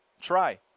try